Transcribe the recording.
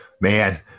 man